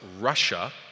Russia